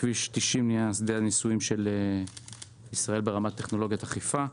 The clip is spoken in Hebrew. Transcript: כביש 90 נהיה שדה הניסויים של ישראל ברמת טכנולוגיית אכיפה,